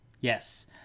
Yes